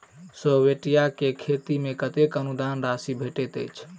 Stevia केँ खेती मे कतेक अनुदान राशि भेटैत अछि?